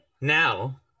Now